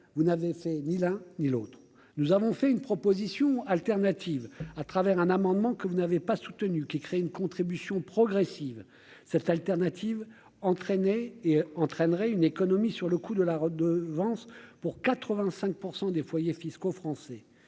vous n'avez fait ni l'un ni l'autre, nous avons fait une proposition alternative à travers un amendement que vous n'avez pas soutenu, qui crée une contribution progressive cette alternative et entraînerait une économie sur le coût de la redevance pour 85 % des foyers fiscaux français,